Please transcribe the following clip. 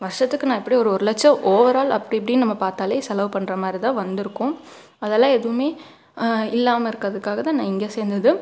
வருஷத்துக்கு நான் எப்படியும் ஒரு லட்சோம் ஓவரால் அப்படி இப்படின் நம்ம பார்த்தாலே செலவு பண்ணுற மாதிரிதான் வந்திருக்கும் அதெலாம் எதுவுமே இல்லாமல் இருக்கறதுக்காகதான் நான் இங்கே சேர்ந்தது